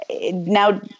Now